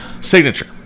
Signature